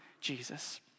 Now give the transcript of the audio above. Jesus